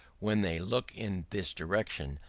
when they look in this direction,